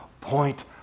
point